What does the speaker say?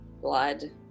blood